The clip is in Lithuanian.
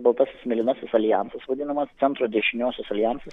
baltasis mėlynasis aljansas vadinamas centro dešiniosios aljansas